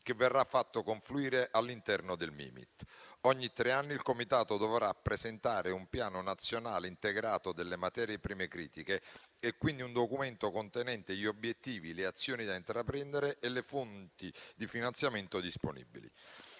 che verrà fatto confluire all'interno del Mimit. Ogni tre anni il comitato dovrà presentare un piano nazionale integrato delle materie prime critiche e quindi un documento contenente gli obiettivi, le azioni da intraprendere e le fonti di finanziamento disponibili.